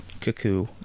Cuckoo